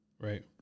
right